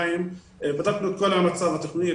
בדקנו את כל המצב התכנוני,